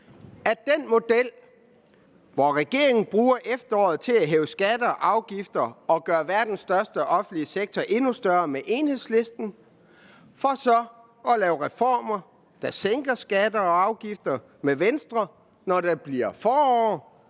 at den model, efter hvilken regeringen bruger efteråret til at hæve skatter og afgifter og gøre verdens største offentlige sektor endnu større med Enhedslisten for så at lave reformer, der sænker skatter og afgifter, med Venstre, når det bliver forår,